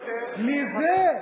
על זה עושים בלגן?